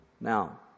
Now